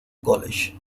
college